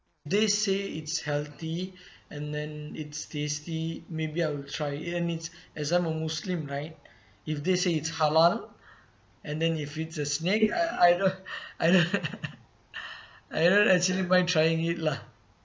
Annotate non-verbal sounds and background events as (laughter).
they say it's healthy and then it's tasty maybe I will try eat and me as I'm a muslim right if they say it's halal and then if it's a snake I I don't (breath) I don't (laughs) (breath) I don't actually mind trying it lah